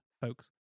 folks